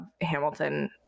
Hamilton